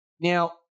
Now